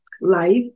life